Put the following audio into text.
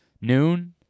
noon